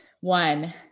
one